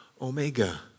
Omega